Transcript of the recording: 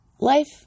life